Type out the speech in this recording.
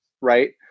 right